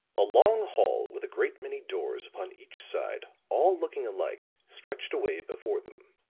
a long hall with a great many doors upon each side, all looking alike, stretched away before them.